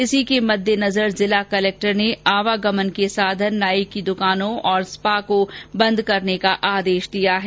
इसको देखते हुए जिला कलेक्टर ने आवागमन के साधन नाई की दुकानों और स्पा को बंद करने का आदेश दिया है